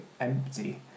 empty